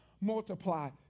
multiply